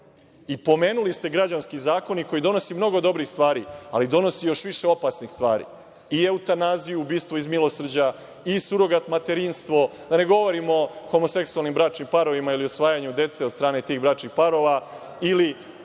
Pomenuli ste Građanski zakonik koji donosi mnogo dobrih stvari, ali donosi još više opasnih stvari – eutanaziju, ubistvo iz milosrđa, surogat materinstvo. Da ne govorimo o homoseksualnim bračnim parovima ili usvajanju dece od strane tih bračnih parova ili,